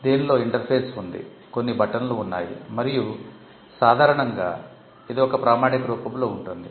దీనిలో ఇంటర్ఫేస్ ఉంది కొన్ని బటన్లు ఉన్నాయి మరియు సాధారణంగా ఇది ఒక ప్రామాణిక రూపంలో ఉంటుంది